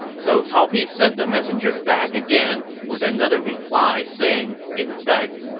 so cao pi sent the messenger back again with another reply saying, in effect,